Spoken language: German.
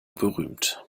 berühmt